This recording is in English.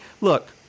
look